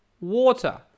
water